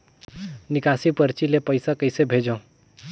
निकासी परची ले पईसा कइसे भेजों?